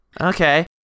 Okay